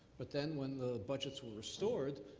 but then when the budgets were restored,